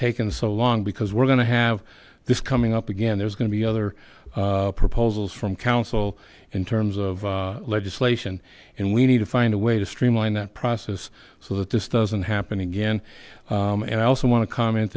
taken so long because we're going to have this coming up again there's going to be other proposals from council in terms of legislation and we need to find a way to streamline that process so that this doesn't happen again and i also want to comment